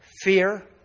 fear